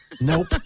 Nope